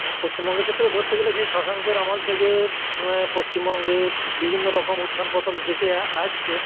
আর পশ্চিমবঙ্গের ক্ষেত্রেও ধরতে গেলে সেই শশাঙ্কের আমল থেকে পশ্চিমবঙ্গে বিভিন্ন রকম উত্থান পতন দেখে আসছে